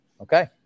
okay